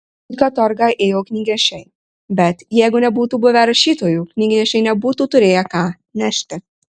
į katorgą ėjo knygnešiai bet jeigu nebūtų buvę rašytojų knygnešiai nebūtų turėję ką nešti